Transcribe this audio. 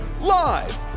live